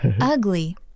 ugly